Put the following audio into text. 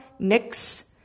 Nyx